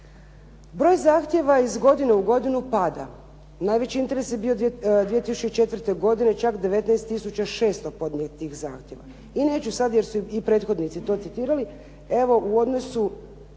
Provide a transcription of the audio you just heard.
Broj zahtjeva iz godine u godinu pada. Najveći interes je bio 2004. godine, čak 19 tisuća 600 podnijetih zahtjeva. I neću sad jer su i prethodnici to citirali. Evo, u odnosu